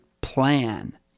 plan